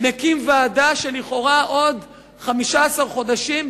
מקים ועדה שלכאורה עוד 15 חודשים,